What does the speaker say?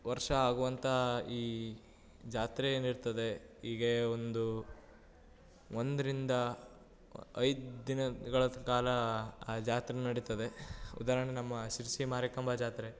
ವರ್ಷ ಆಗುವಂಥ ಈ ಜಾತ್ರೆ ಏನಿರ್ತದೆ ಹೀಗೆ ಒಂದು ಒಂದರಿಂದ ಐದು ದಿನಗಳ ಕಾಲ ಆ ಜಾತ್ರೆ ನಡಿತದೆ ಉದಾಹರ್ಣೆಗೆ ನಮ್ಮ ಶಿರ್ಸಿ ಮಾರಿಕಾಂಬಾ ಜಾತ್ರೆ